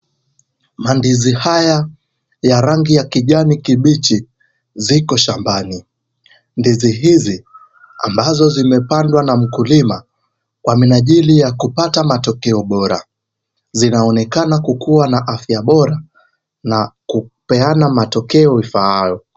Mandizi haya ya rangi ya kijani kibichi ziko shambani. Ndizi hizi ambazo zimepandwa na mkulima kwa minajili ya kupata matokeo bora. Zinaonekana kukua na afya bora na kupeana matokeo ifaayo.